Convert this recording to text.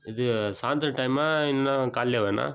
இது சாயந்திர டைமா இன்னும் காலையிலேவாண்ணா